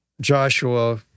Joshua